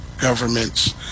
government's